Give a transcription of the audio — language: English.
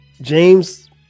James